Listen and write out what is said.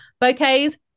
bouquets